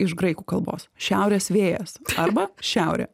iš graikų kalbos šiaurės vėjas arba šiaurė